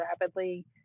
rapidly